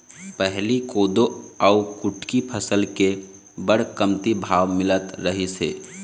पहिली कोदो अउ कुटकी फसल के बड़ कमती भाव मिलत रहिस हे